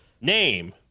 Name